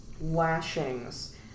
lashings